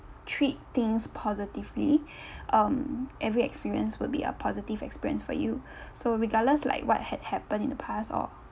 treat things positively um every experience will be a positive experience for you so regardless like what had happened in the past or